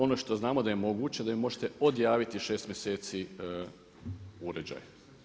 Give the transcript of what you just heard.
Ono što znamo da je moguće da vi možete odjaviti šest mjeseci uređaj.